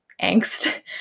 angst